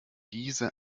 diese